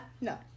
No